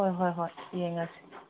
ꯍꯣꯏ ꯍꯣꯏ ꯍꯣꯏ ꯌꯦꯡꯉꯁꯤ